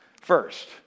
first